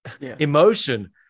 emotion